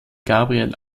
gabriel